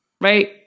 right